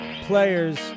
players